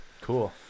cool